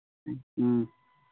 ꯎꯝ